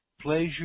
pleasure